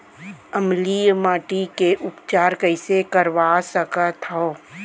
अम्लीय माटी के उपचार कइसे करवा सकत हव?